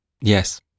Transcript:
Yes